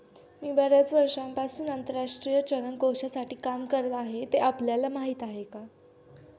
मी बर्याच वर्षांपासून आंतरराष्ट्रीय चलन कोशासाठी काम करत आहे, ते आपल्याला माहीत आहे का?